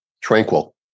tranquil